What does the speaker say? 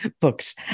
books